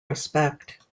respect